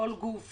כל גוף